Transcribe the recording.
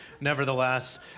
Nevertheless